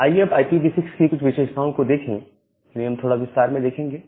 आइए अब IPv6 की कुछ विशेषताओं को देखें हम इन्हें थोड़ा विस्तार में देखेंगे